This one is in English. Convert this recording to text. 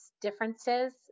differences